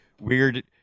weird